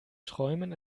träumen